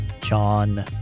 John